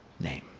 name